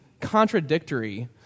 contradictory